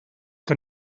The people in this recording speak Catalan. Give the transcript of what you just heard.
que